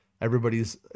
Everybody's